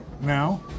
now